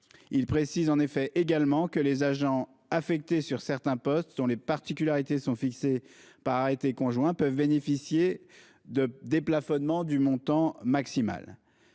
Il précise également que les « agents [...] affectés sur certains postes dont les particularités sont fixées par arrêté conjoint peuvent bénéficier de déplafonnements du montant maximal